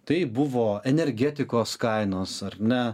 tai buvo energetikos kainos ar ne